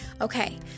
okay